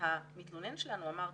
והמתלונן שלנו אמר,